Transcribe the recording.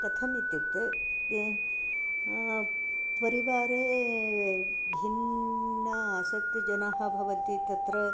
कथम् इत्युक्ते परिवारे भिन्नासक्तिजनाः भवन्ति तत्र